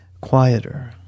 quieter